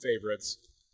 favorites